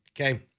Okay